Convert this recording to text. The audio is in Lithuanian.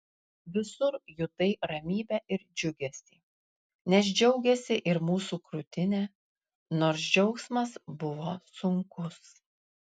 visur jutai ramybę ir džiugesį nes džiaugėsi ir mūsų krūtinė nors džiaugsmas buvo sunkus